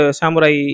samurai